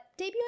debuting